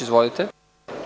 Izvolite.